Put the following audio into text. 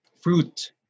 fruit